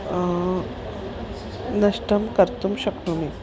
नष्टं कर्तुं शक्नोमि